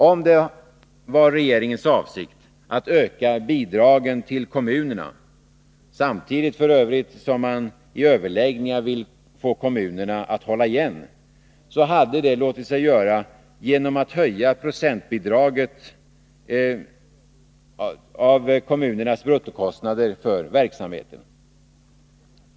Om det var regeringens avsikt att öka bidragen till kommunerna — f. ö. samtidigt som man i överläggningar vill få kommunerna att hålla igen — så hade detta låtit sig göra genom att höja bidragsprocenten av kommunernas bruttokostnader för verksamheten.